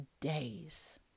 days